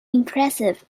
impressive